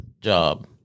job